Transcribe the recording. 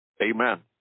Amen